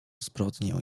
zbrodnię